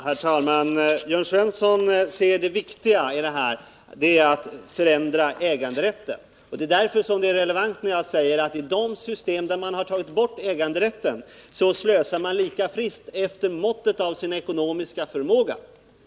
Herr talman! Jörn Svensson menar att det viktiga i det här sammanhanget är att förändra äganderätten. Det är därför det är relevant när jag säger att i de system där man har tagit bort äganderätten slösar man lika friskt efter måttet av sin ekonomiska förmåga.